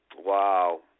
Wow